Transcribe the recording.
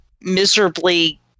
miserably